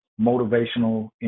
motivational